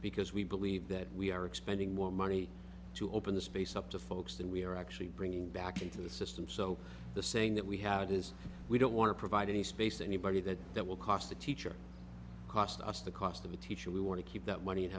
because we believe that we are expending more money to open the space up to folks than we are actually bringing back into the system so the saying that we have is we don't want to provide any space anybody that that will cost a teacher cost us the cost of a teacher we want to keep that money and